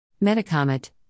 Metacomet